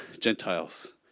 Gentiles